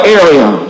area